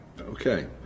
okay